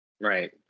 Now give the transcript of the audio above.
Right